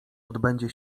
odbędzie